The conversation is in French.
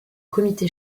comité